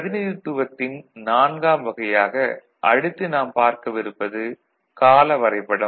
பிரதிநிதித்துவத்தின் நான்காம் வகையாக அடுத்து நாம் பார்க்கவிருப்பது கால வரைபடம்